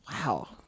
Wow